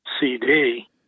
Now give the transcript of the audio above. CD